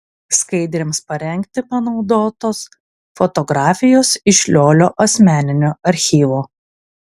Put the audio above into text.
skaidrėms parengti panaudotos fotografijos iš liolio asmeninio archyvo